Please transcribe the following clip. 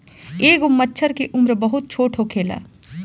एगो मछर के उम्र बहुत छोट होखेला